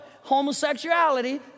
homosexuality